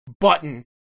button